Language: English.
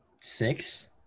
six